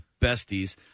besties